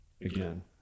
again